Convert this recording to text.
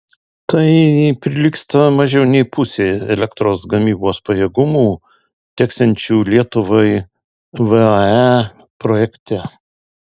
tai prilygsta mažiau nei pusei elektros gamybos pajėgumų teksiančių lietuvai vae projekte